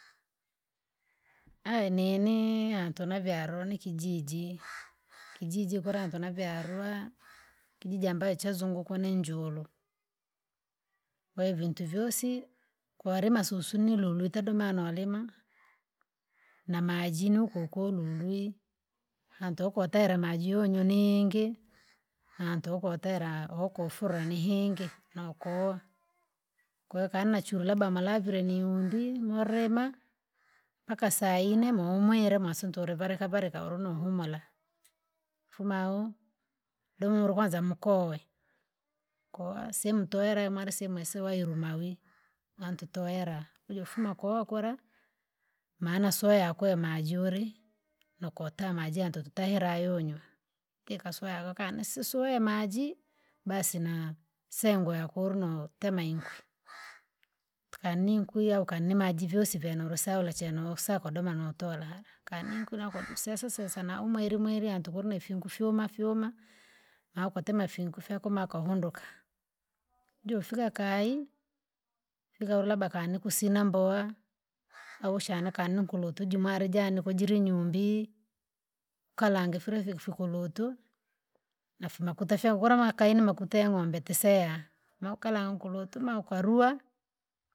Aya ninii! Antuna vyalo nikijiji, kijiji kula mpanovyaluwa, kijiji ambae chazungukwa ni njuru, weivintu vyosi, kuarima susu nilulwi tadima naulima. Namajini ukoko ululwi, nantokotera maji unywe niingi, nantukotera okufura ni hingi nokowa, koo ikana chuu labda mavire niyundi molima, mpaka sainne mumwere masuntu ulivareka vareka ulinuhumura. Fumau, doma ulukwanza mukowe, kowa simtwere marisimese wairuma vii, antotoera ujaufuma kuwa kura, maana swea akwe majuri, nokote amaji antoto tahera ayunywi, tikaswea kakana sisiwema maji, basi na- msengwe yako ulna utema inkwi. Kani nkwiya ukanimaji vosi vyane urisaula che nosaka kudoma notolae kane nkurya kote sesesese naumwerimweri hantu kulininkufyuma fyuma, aukatema fyunku fyakumaka ukahunduka. Jofika kayi, fika labda kanikusina mbowa, aushana kaninkulutu jimware jani kujili nyumbi, ukalange fila fiki fikulutuu! Nafimakuta fyako kula makai nimakuta ya ng'ombe teseya, nokala nkulutu ma ukaluwa.